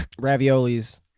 raviolis